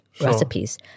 recipes